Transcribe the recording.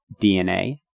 DNA